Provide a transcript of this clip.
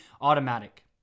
automatic